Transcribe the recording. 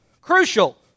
crucial